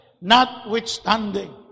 notwithstanding